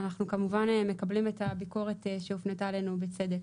אנחנו כמובן מקבלים את הביקורת שהופנתה אלינו ובצדק.